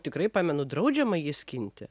tikrai pamenu draudžiama jį skinti